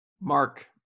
Mark